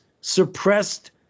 suppressed